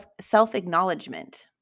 self-acknowledgement